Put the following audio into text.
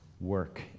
work